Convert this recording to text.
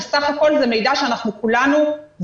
שבסך הכל זה מידע שאנחנו כולנו רוצים,